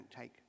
take